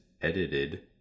edited